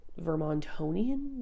Vermontonian